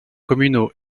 communaux